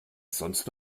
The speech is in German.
sonst